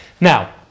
Now